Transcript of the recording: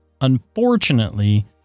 Unfortunately